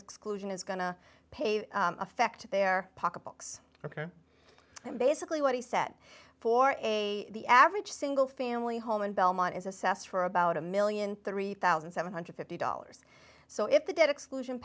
exclusion is going to pay affect their pocketbooks ok and basically what he set for a the average single family home in belmont is assessed for about a one million three thousand seven hundred and fifty dollars so if the debt exclusion